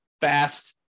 fast